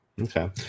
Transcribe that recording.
Okay